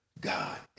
God